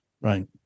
Right